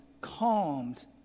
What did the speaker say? calmed